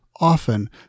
often